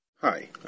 Hi